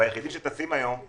היחידים שטסים היום היא